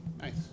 Nice